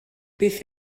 beth